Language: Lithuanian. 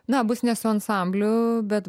na bus ne su ansambliu bet